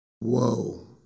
Whoa